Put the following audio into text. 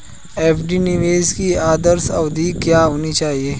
FD निवेश की आदर्श अवधि क्या होनी चाहिए?